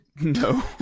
No